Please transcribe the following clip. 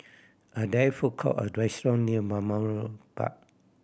are there food court or restaurant near Balmoral Park